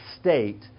state